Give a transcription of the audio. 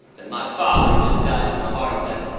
that my father had just died from a heart attack.